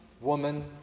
woman